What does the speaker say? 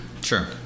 sure